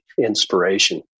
inspiration